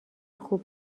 خوب